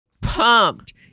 pumped